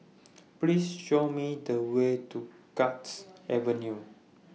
Please Show Me The Way to Guards Avenue